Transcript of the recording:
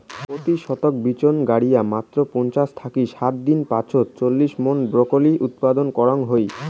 পত্যি শতক বিচন গাড়িয়া মাত্র পঞ্চাশ থাকি ষাট দিন পাছত চল্লিশ মন ব্রকলি উৎপাদন করাং হই